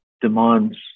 demands